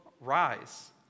rise